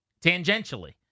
tangentially